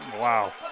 wow